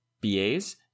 BAs